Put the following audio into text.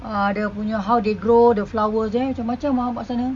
uh the dia punya how they grow the flowers there macam-macam dekat sana